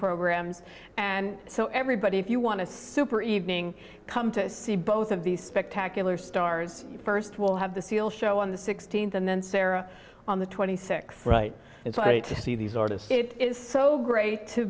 programs and so everybody if you want to super evening come to see both of these spectacular stars first will have the seal show on the sixteenth and then sarah on the twenty sixth right it's right